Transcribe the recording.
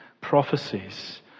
prophecies